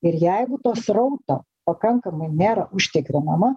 ir jeigu to srauto pakankamai nėra užtikrinama